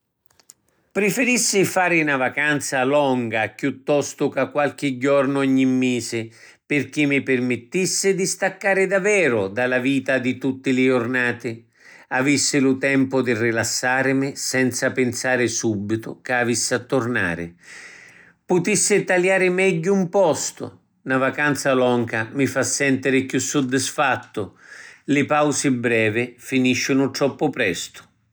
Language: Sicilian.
Prifirissi fari na vacanza longa chiuttostu ca qualchi jornu ogni misi pirchì mi pirmittissi di staccari daveru da la vita di tutti li jornati. Avissi lu tempu di rilassarimi senza pinsari subitu ca avissi a turnari. Putissi taliari megghiu ‘n postu. Na vacanza longa mi fa sentiri chiù suddisfattu. Li pausi brevi finisciuni troppu prestu.